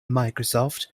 microsoft